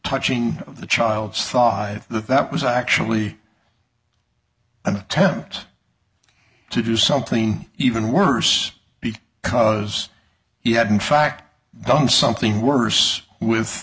touching of the child saw it that that was actually an attempt to do something even worse be cause he had in fact done something worse with